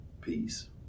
peace